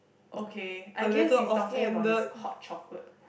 okay I guessed he's talking about his hot chocolate